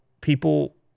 people